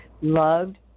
loved